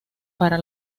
para